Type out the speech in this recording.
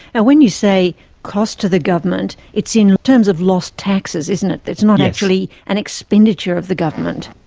and when you say cost to the government, it's in terms of lost taxes, isn't it, it's not actually an expenditure of the government.